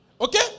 Okay